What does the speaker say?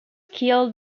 killed